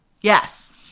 Yes